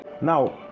now